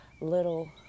little